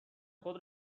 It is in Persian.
خود